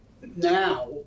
now